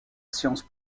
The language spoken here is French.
science